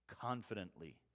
confidently